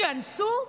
שאנסו,